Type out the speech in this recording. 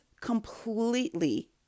completely